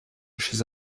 chez